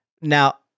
now